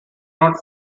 not